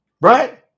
right